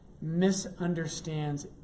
misunderstands